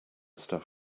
stuff